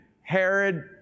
Herod